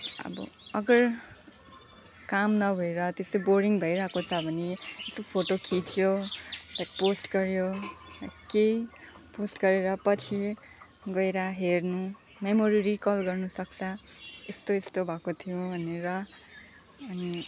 अब अगर काम नभएर त्यसै बोरिङ भइरहेको छ भने यसो फोटो खिच्यो अनि त पोस्ट गर्यो केही पोस्ट गरेर पछि गएर हेर्नु मेमोरी रिकल गर्नु सक्छ यस्तो यस्तो भएको थियो भनेर अनि